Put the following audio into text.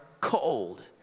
cold